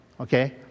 Okay